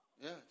Yes